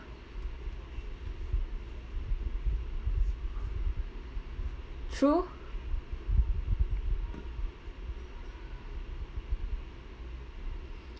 true